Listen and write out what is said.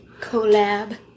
Collab